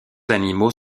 animaux